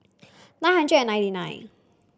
nine hundred and ninety nine